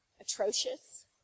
atrocious